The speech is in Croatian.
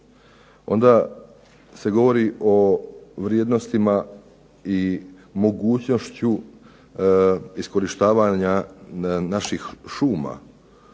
onda se govori o vrijednostima i mogućnošću iskorištavanja naših šuma